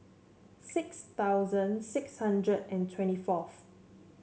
six thousand six hundred and twenty fourth